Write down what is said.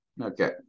Okay